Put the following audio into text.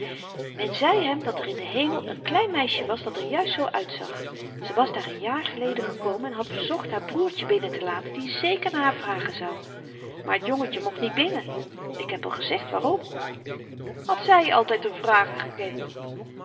men zei hem dat er in den hemel n klein meisje was dat er juist zoo uitzag ze was daar n jaar geleden gekomen en had verzocht haar broertje binnentelaten die zeker naar haar vragen zou maar t jongetje mocht niet binnen ik heb al gezegd waarom had zy altyd r vragen gekend